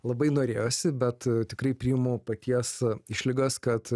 labai norėjosi bet tikrai priimu paties išlygas kad